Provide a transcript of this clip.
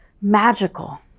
magical